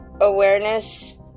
awareness